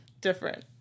different